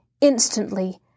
Instantly